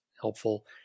helpful